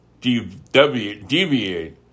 deviate